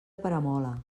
peramola